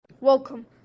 Welcome